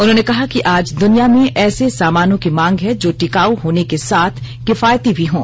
उन्होंने कहा कि आज दुनिया में ऐसे सामानों की मांग है जो टिकाऊ होने के साथ किफायती भी हों